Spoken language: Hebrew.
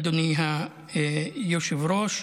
אדוני היושב-ראש.